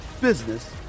business